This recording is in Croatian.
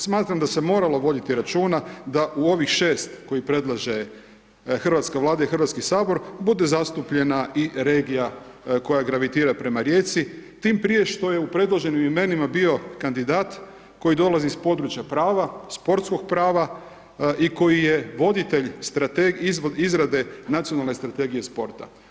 Smatram da se moralo voditi računa da u ovih 6 koje predlaže hrvatska Vlada i HS, bude zastupljena i regija koja gravitira prema Rijeci tim prije što je u predloženim imenima bio kandidat koji dolazi s područja prava, sportskog prava i koji je voditelj izrade nacionalne strategije sporta.